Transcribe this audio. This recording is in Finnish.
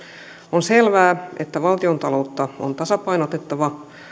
on selvää että valtiontaloutta on tasapainotettava